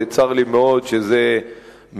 וצר לי מאוד שזה מעוכב,